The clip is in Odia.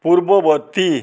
ପୂର୍ବବର୍ତ୍ତୀ